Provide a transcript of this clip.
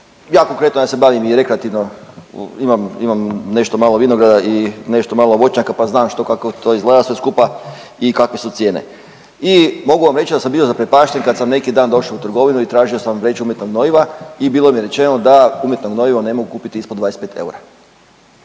Ja konkretno ja se bavim i rekreativno imam nešto malo vinograda i nešto malo voćnjaka pa znam što kako to sve izgleda skupa i kakve su cijene. I mogu vam reći da sam bio zaprepašten kad sam neki dan došao u trgovinu i tražio sam vreću umjetnog gnojiva i bilo mi je rečeno da umjetno gnojivo ne mogu kupiti ispod 25 eura